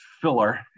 filler